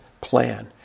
plan